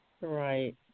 Right